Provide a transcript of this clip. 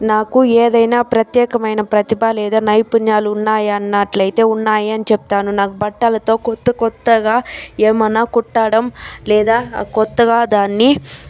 నాకు ఏదైనా ప్రత్యేకమైన ప్రతిభ లేదా నైపుణ్యాలు ఉన్నాయా అన్నట్లయితే ఉన్నాయి అనే చెప్తాను నాకు బట్టలతో కొత్త కొత్తగా ఏమన్నా కుట్టడం లేదా కొత్తగా దాన్ని